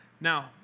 Now